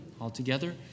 Altogether